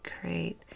create